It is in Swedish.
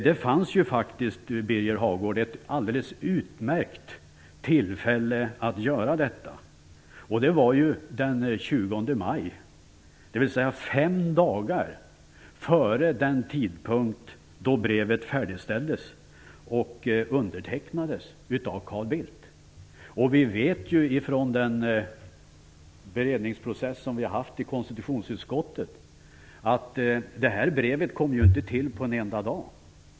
Det fanns faktiskt, Birger Hagård, ett alldeles utmärkt tillfälle att göra detta, och det var den 20 maj, dvs. fem dagar före den tidpunkt då brevet färdigställdes och undertecknades av Carl Bildt. Från den beredningsprocess som vi har haft i konstitutionsutskottet vet vi att det här brevet inte kom till på en enda dag.